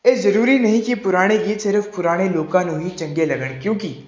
ਇਹ ਜ਼ਰੂਰੀ ਨਹੀਂ ਕਿ ਪੁਰਾਣੇ ਗੀਤ ਸਿਰਫ ਪੁਰਾਣੇ ਲੋਕਾਂ ਨੂੰ ਹੀ ਚੰਗੇ ਲੱਗਣ ਕਿਉਂਕਿ